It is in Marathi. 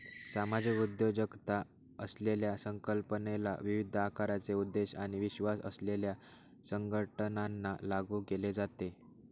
सामाजिक उद्योजकता असलेल्या संकल्पनेला विविध आकाराचे उद्देश आणि विश्वास असलेल्या संघटनांना लागू केले जाते